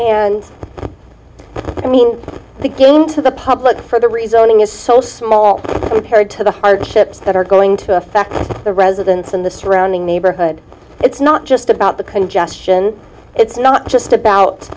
and i mean the game to the public for the rezoning is so small compared to the hardships that are going to affect the residents in the surrounding neighborhood it's not just about the congestion it's not just about